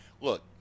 look